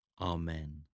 Amen